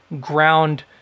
ground